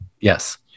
yes